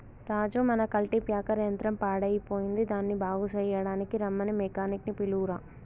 రాజు మన కల్టిప్యాకెర్ యంత్రం పాడయ్యిపోయింది దానిని బాగు సెయ్యడానికీ రమ్మని మెకానిక్ నీ పిలువురా